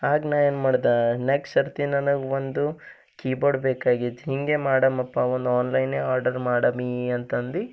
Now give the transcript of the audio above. ಆಗ ನಾ ಏನ್ಮಾಡ್ದೆ ನೆಕ್ಸ್ಟ್ ಸರ್ತಿ ನನಗೆ ಒಂದು ಕೀಬೋರ್ಡ್ ಬೇಕಾಗಿತ್ತು ಹಿಂಗೆ ಮಾಡಮಪ್ಪ ಒಂದು ಆನ್ಲೈನೆ ಆರ್ಡರ್ ಮಾಡಮೀ ಅಂತಂದು